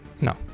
No